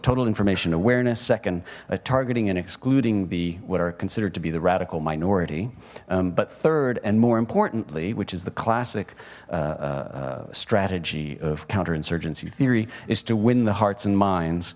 total information awareness second targeting and excluding the what are considered to be the radical minority but third and more importantly which is the classic strategy of counterinsurgency theory is to win the hearts and minds